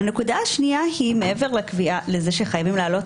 הנקודה השנייה היא מעבר לקביעה שחייבים להעלות